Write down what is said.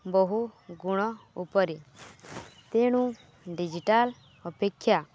ବହୁ ଗୁଣ ଉପରେ ତେଣୁ ଡ଼ିଜିଟାଲ୍ ଅପେକ୍ଷା